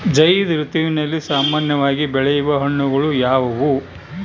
ಝೈಧ್ ಋತುವಿನಲ್ಲಿ ಸಾಮಾನ್ಯವಾಗಿ ಬೆಳೆಯುವ ಹಣ್ಣುಗಳು ಯಾವುವು?